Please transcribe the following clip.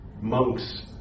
monks